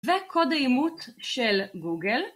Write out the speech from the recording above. וקוד האימות של גוגל.